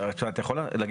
אתה יכול להגיד